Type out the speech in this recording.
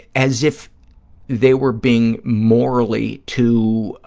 as if they were being morally too